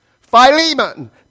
Philemon